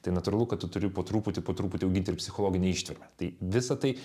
tai natūralu kad tu turi po truputį po truputį auginti ir psichologinę ištvermę tai visa tai